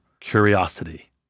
Curiosity